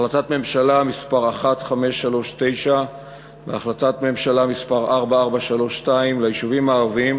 החלטת הממשלה מס' 1539 והחלטת הממשלה מס' 4432 ליישובים הערביים,